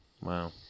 Wow